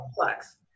complex